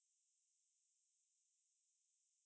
one err kidnapping occurs in mexico